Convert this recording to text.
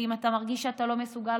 ואם אתה מרגיש שאתה לא מסוגל,